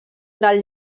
del